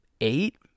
eight